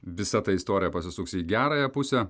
visa ta istorija pasisuks į gerąją pusę